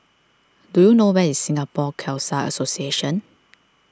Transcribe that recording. do you know where is Singapore Khalsa Association